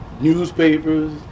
newspapers